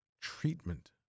treatment